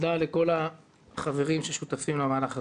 תודה לכל החברים ששותפים למהלך הזה.